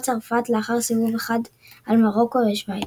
צרפת לאחר סיבוב אחד על מרוקו ושווייץ.